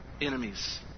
Enemies